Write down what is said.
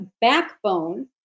backbone